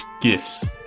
Gifts